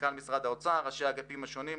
מנכ"ל משרד האוצר וראשי האגפים השונים,